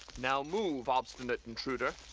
now move, obstinate intruder.